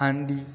ହାଣ୍ଡି